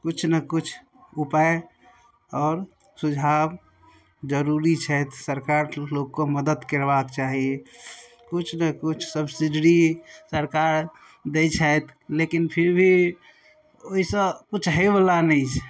किछु ने किछु उपाय आओर सुझाव जरूरी छथि सरकार लोकके मदति करबाके चाही किछु ने किछु सब्सिडी सरकार दै छथि लेकिन फिर भी ओहिसँ किछु होइवला नहि छै